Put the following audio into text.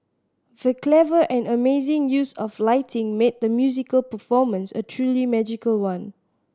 the clever and amazing use of lighting made the musical performance a truly magical one